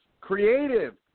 Creative